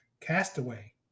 Castaway